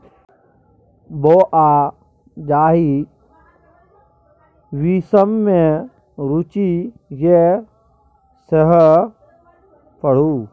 बौंआ जाहि विषम मे रुचि यै सैह पढ़ु